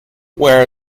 where